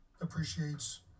Appreciates